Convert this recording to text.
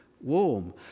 warm